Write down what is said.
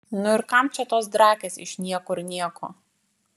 nu ir kam čia tos drakės iš niekur nieko